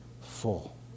full